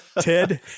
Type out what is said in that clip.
ted